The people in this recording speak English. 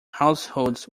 households